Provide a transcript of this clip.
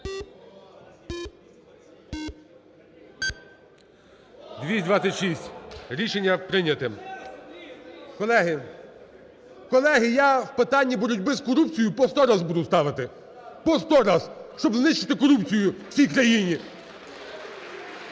226. Рішення прийняте. Колеги, колеги, я питання по боротьбі з корупцією по сто раз буду ставити. По сто раз! Щоб знищити корупцію в цій країні.